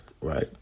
right